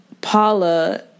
Paula